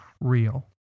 real